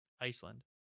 Iceland